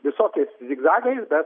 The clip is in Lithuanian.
visokiais zigzagais bet